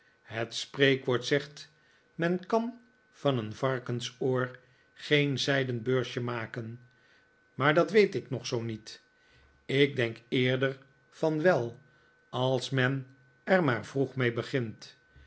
het spreekwoord zegt men kan van een varkensoor geen zijden beursje maken maar dat weet ik nog zoo niet ik denk eerder van wel als men er maar vroeg mee begint